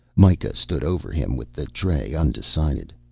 mikah stood over him with the tray, undecided.